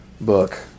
book